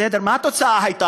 בסדר, מה הייתה התוצאה?